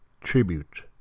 tribute